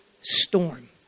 storm